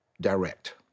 direct